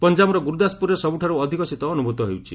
ପଞ୍ଜାବର ଗୁରୁଦାସପୁରରେ ସବୁଠାରୁ ଅଧିକ ଶୀତ ଅନୁଭୂତ ହେଉଛି